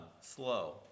Slow